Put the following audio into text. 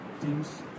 teams